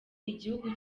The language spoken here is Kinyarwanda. igihugu